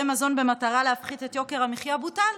מזון במטרה להפחית את יוקר המחיה בוטל.